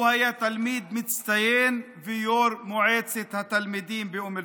הוא היה תלמיד מצטיין ויו"ר מועצת התלמידים באום אל-פחם.